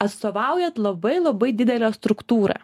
atstovaujat labai labai didelę struktūrą